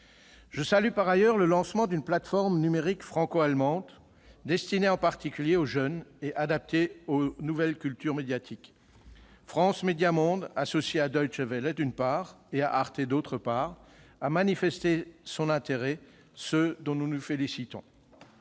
Je salue par ailleurs le lancement d'une plateforme numérique franco-allemande, destinée en particulier aux jeunes et adaptée aux nouvelles cultures médiatiques. France Médias Monde, associé à, d'une part, et à Arte, d'autre part, a manifesté son intérêt, ce dont nous nous félicitons.